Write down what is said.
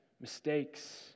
mistakes